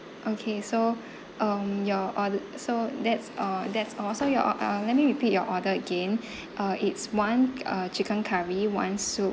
okay so um your orde~ so that's uh that's all so your or~ uh let me repeat your order again uh it's one uh chicken curry one soup